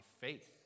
faith